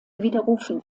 widerrufen